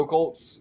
Colts